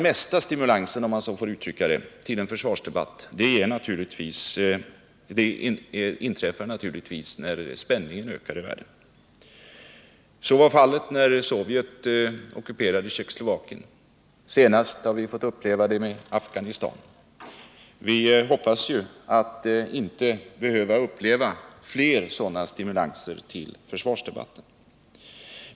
Mesta stimulansen — om man så får uttrycka det — till en försvarsdebatt får man naturligtvis när spänningen ökar i världen. Så var fallet när Sovjet ockuperade Tjeckoslovakien. Senast har vi fått uppleva det vid ryssarnas inmarsch i Afghanistan. Vi hoppas att inte behöva uppleva flera sådana stimulanser till försvarsdebatter.